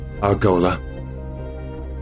Argola